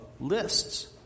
lists